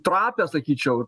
trapią sakyčiau